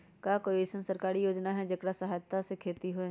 का कोई अईसन सरकारी योजना है जेकरा सहायता से खेती होय?